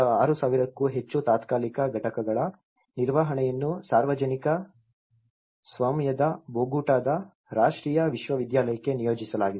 6000 ಕ್ಕೂ ಹೆಚ್ಚು ತಾತ್ಕಾಲಿಕ ಘಟಕಗಳ ನಿರ್ವಹಣೆಯನ್ನು ಸಾರ್ವಜನಿಕ ಸ್ವಾಮ್ಯದ ಬೊಗೋಟಾದ ರಾಷ್ಟ್ರೀಯ ವಿಶ್ವವಿದ್ಯಾಲಯಕ್ಕೆ ನಿಯೋಜಿಸಲಾಗಿದೆ